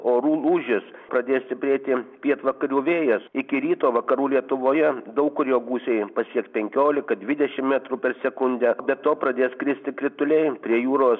orų lūžis pradės stiprėti pietvakarių vėjas iki ryto vakarų lietuvoje daug kur jo gūsiai pasieks penkiolika didešim metrų per sekundę be to pradės kristi krituliai prie jūros